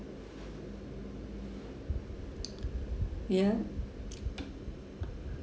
ya